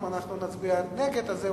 אם אנחנו נצביע נגד, זה הוסר.